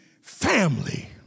family